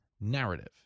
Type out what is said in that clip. narrative